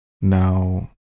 Now